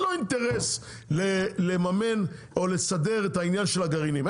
אינטרס לממן או לסדר את העניין של הגרעינים.